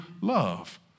love